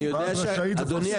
אדוני,